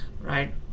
right